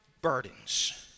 burdens